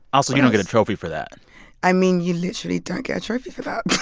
also, you don't get a trophy for that i mean, you literally don't get a trophy for that.